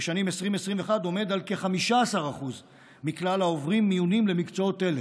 בשנים 2021-2020 עומד על כ-15% מכלל העוברים מיונים למקצועות אלה.